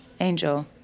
Angel